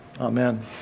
Amen